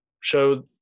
show